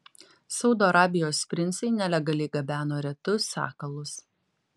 saudo arabijos princai nelegaliai gabeno retus sakalus